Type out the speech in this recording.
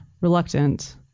reluctant